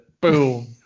Boom